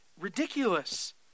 ridiculous